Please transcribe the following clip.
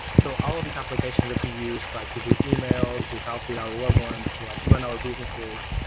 so all of these applications that we use to like to do yeah e-mail, to talk with our loved ones, to like run our businesses,